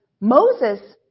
Moses